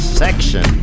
section